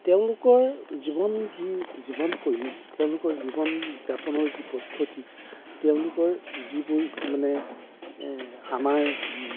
তেওঁলোকৰ জীৱন যি জীৱন শৈলী তেওঁলোকৰ জীৱন যাপনৰ যি পদ্ধতি তেওঁলোকৰ যিবোৰ মানে আমাৰ